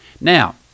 Now